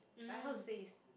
I how to say is